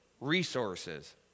resources